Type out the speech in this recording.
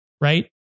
right